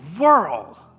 world